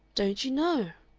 don't you know?